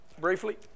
briefly